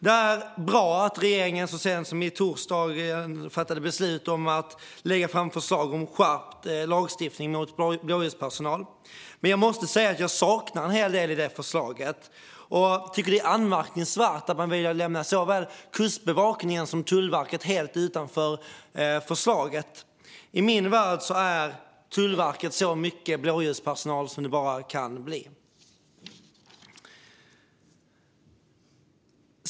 Det är bra att regeringen så sent som i torsdags fattade beslut om att lägga fram förslag på skärpt lagstiftning mot blåljuspersonal, men jag måste säga att jag saknar en hel del i förslaget. Jag tycker att det är anmärkningsvärt att man väljer att lämna såväl Kustbevakningen som Tullverket helt utanför förslaget; i min värld är anställda vid Tullverket så mycket blåljuspersonal som man bara kan bli.